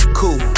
cool